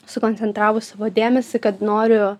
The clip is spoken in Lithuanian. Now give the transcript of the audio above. sukoncentravus dėmesį kad noriu